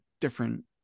different